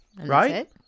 Right